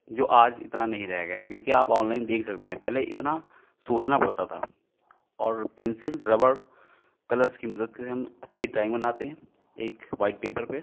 जो आज इतना नहीं रह गया है क्योंकि आप ऑनलाइन देख सकते हैं पहले इतना सोचना पड़ता था और पेंसिल रबड़ कलर्स की मदद से हम अच्छी ड्राइंग बनाते हैं एक वाइट पेपर पर